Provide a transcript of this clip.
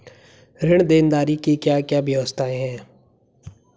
ऋण देनदारी की क्या क्या व्यवस्थाएँ हैं?